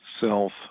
self